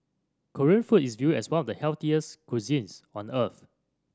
Korean food is viewed as one of the healthiest cuisines on earth